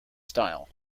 style